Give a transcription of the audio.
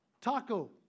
taco